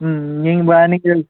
ம் நீங்கள் இப்போ நீங்கள்